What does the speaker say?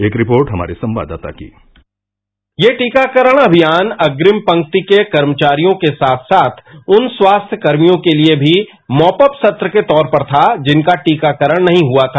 एक रिपोर्ट हमारे संवाददाता की यह दीकाकरण अमियान अप्रिम पंक्ति के कर्मचारियों के साथ साथ उन स्वास्थ्य कर्मियों के लिए भी मॉप अप सत्र के तौर पर था जिनका टीकाकरण नहीं हुआ था